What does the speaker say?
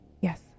Yes